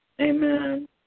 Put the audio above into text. Amen